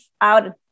out